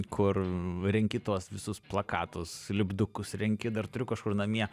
kur renki tuos visus plakatus lipdukus renki dar turiu kažkur namie